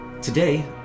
Today